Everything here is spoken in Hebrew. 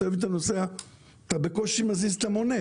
בתל אביב אתה בקושי מזיז את המונה.